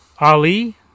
Ali